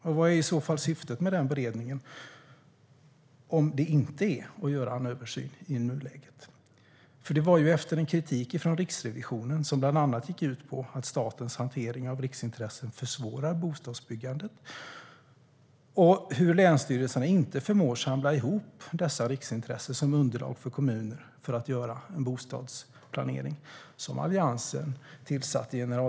Och vad är syftet med beredningen, om det nu inte är att göra en översyn i nuläget? Alliansen tillsatte generaldirektören Elisabet Falemo som utredare efter kritik från Riksrevisionen som bland annat gick ut på att statens hantering av riksintressen försvårar bostadsbyggandet och att länsstyrelserna inte förmår samla ihop dessa riksintressen som underlag för kommunernas bostadsplanering.